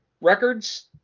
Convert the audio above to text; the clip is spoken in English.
records